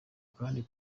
kandi